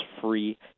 free